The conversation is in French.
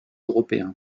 européen